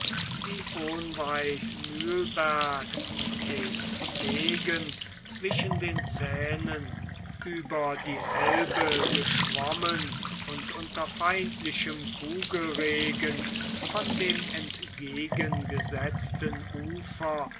die unweit mühlberg den degen zwischen den zähnen über die elbe geschwommen und unter feindlichem kugelregen von dem entgegengesetzten ufer